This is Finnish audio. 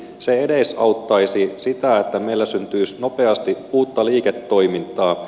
se edesauttaisi sitä että meillä syntyisi nopeasti uutta liiketoimintaa